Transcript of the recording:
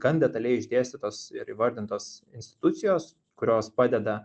gan detaliai išdėstytos ir įvardintos institucijos kurios padeda